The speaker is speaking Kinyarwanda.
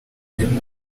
buzima